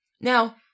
Now